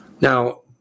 Now